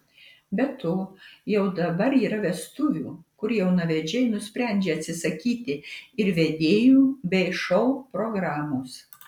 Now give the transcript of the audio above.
be to jau dabar yra vestuvių kur jaunavedžiai nusprendžia atsisakyti ir vedėjų bei šou programos